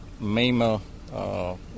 MEMA